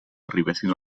arribessin